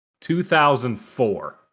2004